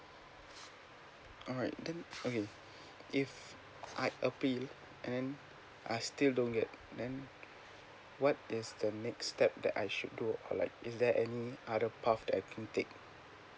alright then okay if I appeal and then I still don't get then what is the next step that I should do like is there any other path that I can take